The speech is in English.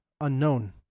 unknown